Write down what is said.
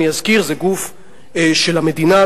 אני אזכיר: זה גוף של המדינה,